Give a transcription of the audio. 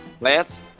Lance